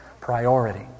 priority